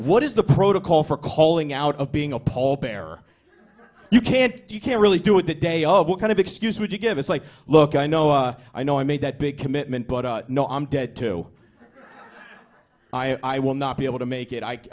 what is the protocol for calling out of being a pall bearer you can't you can't really do it that day of what kind of excuse would you give it's like look i know i know i made that big commitment but i know i'm dead to i will not be able to make it i